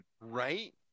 Right